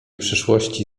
przyszłości